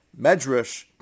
Medrash